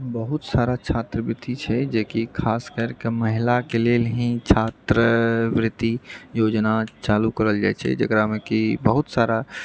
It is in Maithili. बहुत सारा छात्रवृत्ति छै जेकि खास करिकऽ महिलाके लेल ही छात्रवृत्ति योजना चालू करल जाइत छै जकरामे कि बहुत सारा